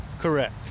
Correct